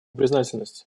признательность